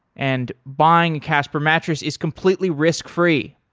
and buying a casper mattress is completely risk-free.